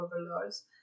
overlords